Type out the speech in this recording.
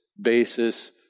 basis